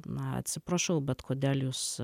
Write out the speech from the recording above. na atsiprašau bet kodėl jūs